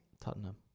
Tottenham